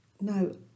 no